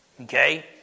Okay